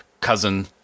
cousin